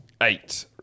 Eight